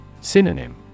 Synonym